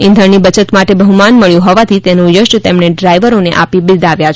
ઈંધણની બયત માટે બહ્માન મળ્યું હોવાથી તેનો યશ તેમણે ડ્રાઇવરોને આપી બિરદાવયા છે